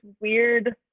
weird